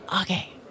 Okay